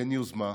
אין יוזמה.